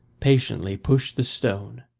patiently push the stone.